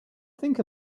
think